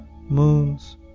moons